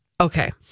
okay